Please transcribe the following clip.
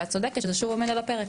את צודקת שזה שוב עומד על הפרק.